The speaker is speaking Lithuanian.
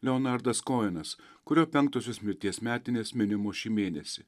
leonardas koenas kurio penktosios mirties metinės minimos šį mėnesį